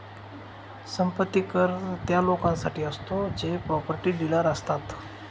संपत्ती कर त्या लोकांसाठी असतो जे प्रॉपर्टी डीलर असतात